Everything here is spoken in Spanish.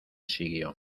siguió